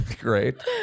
great